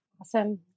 Awesome